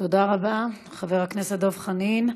תודה רבה, חבר הכנסת דב חנין.